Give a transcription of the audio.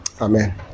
Amen